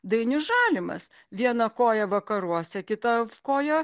dainius žalimas viena koja vakaruose kita koja